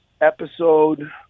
episode